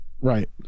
Right